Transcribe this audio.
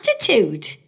Attitude